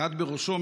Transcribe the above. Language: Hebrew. ואת בראשו,